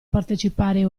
partecipare